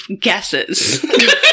guesses